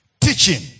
Teaching